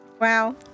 Wow